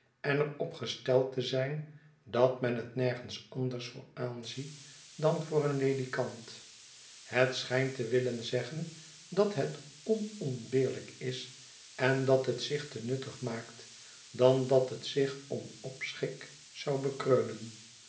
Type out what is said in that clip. en er op gesteld tezijndat men het nergens anders voor aanzie dan voor een ledikant het schijnt te willen zeggen dat het onontbeerlijk is en dat het zich te nuttig maakt dan dat het zich om opschik zou bekreunen